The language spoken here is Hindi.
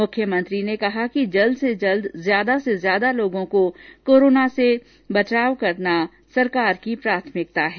उन्होंने कहा कि जल्द से जल्द ज्यादा से ज्यादा लोगों का कोरोना से बचाव करना सरकारी की प्राथमिकता है